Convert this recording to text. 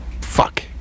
fuck